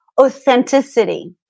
authenticity